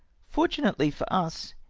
fortunately for us,